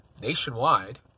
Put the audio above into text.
nationwide